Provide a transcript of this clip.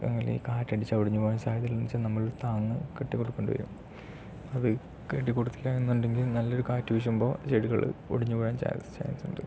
അല്ലെങ്കിൽ ഈ കാറ്റടിച്ചാൽ ഒടിഞ്ഞ് പോകാൻ സാധ്യതയെന്താണെന്നു വെച്ചാൽ നമ്മൾ താങ്ങ് കെട്ടി കൊടുക്കേണ്ടി വരും അത് കെട്ടിക്കൊടുത്തില്ല എന്നുണ്ടെങ്കിൽ നല്ലൊരു കാറ്റ് വീശുമ്പോൾ ചെടികൾ ഒടിഞ്ഞ് വീഴാൻ ചാൻസ് ചാൻസുണ്ട്